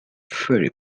ferry